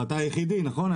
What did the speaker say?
ואתה היחידי, נכון?